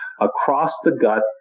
across-the-gut